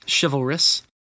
chivalrous